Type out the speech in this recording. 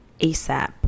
ASAP